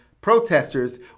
protesters